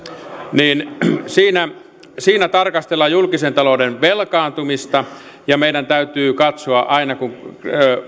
niin siinä siinä tarkastellaan julkisen talouden velkaantumista ja meidän täytyy katsoa aina kun